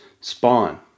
spawn